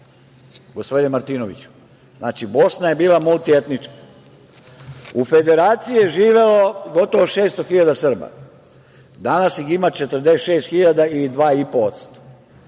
gospodine Martinoviću, znači Bosna je bila multietnička, u Federaciji je živelo gotovo 600.000 Srba. Danas ih ima 46.000